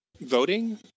voting